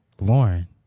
lauren